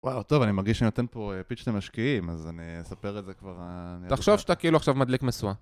וואו טוב, אני מרגיש שאני נותן פה פיץ' למשקיעים, אז אני אספר את זה כבר... תחשוב שאתה כאילו עכשיו מדליק משואה.